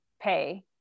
pay